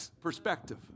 Perspective